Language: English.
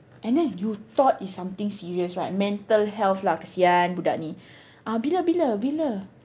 and then you thought it's something serious right mental health lah kesian budak ni ah bila bila bila